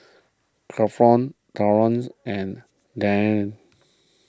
Grafton Terance and Dayne